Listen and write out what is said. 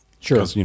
Sure